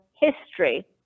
history